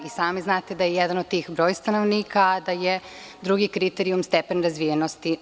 I sami znate da je jedan od tih broj stanovnika, a da je drugi kriterijum stepen razvijenosti.